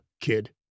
kid